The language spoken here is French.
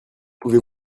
pouvez